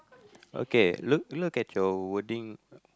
okay look look at your wording